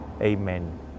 Amen